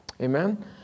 Amen